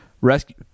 Rescue